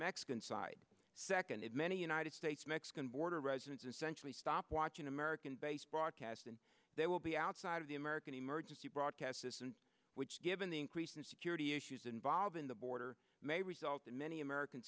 mexican side second it many united states mexican border residents essentially stop watching american based broadcasting there will be outside of the american emergency broadcast system which given the increase in security issues involved in the border may result in many american